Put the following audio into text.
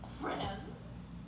Friends